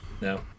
No